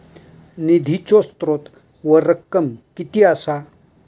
निधीचो स्त्रोत व रक्कम कीती असा?